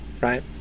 right